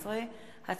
שאמה,